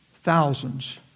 Thousands